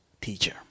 teacher